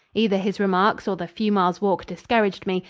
either his remarks or the few miles walk discouraged me,